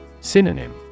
Synonym